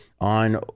on